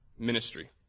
ministry